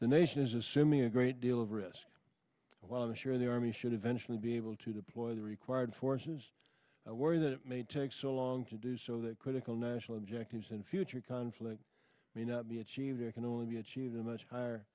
the nation is assuming a great deal of risk while i'm sure the army should eventually be able to deploy the required forces i worry that it may take so long to do so that critical national objectives and future conflict may not be achieved or can only be achieved a much higher